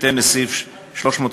בהתאם לסעיף 351(ב),